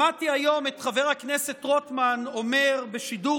שמעתי היום את חבר הכנסת רוטמן אומר בשידור